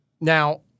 Now